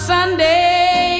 Sunday